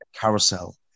Carousel